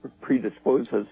predisposes